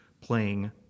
playing